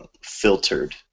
filtered